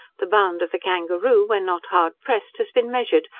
the bound of the kangaroo, when not hard pressed, has been measured,